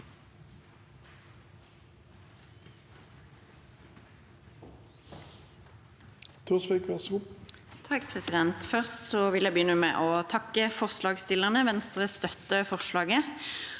(V) Først vil jeg begynne med å takke forslagstillerne. Venstre støtter forslaget.